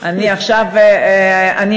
אולי עכשיו תמצאי פתרון.